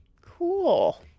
Cool